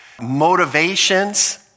motivations